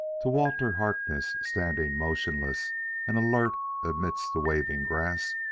to walter harkness, standing motionless and alert amidst the waving grass,